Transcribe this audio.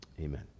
Amen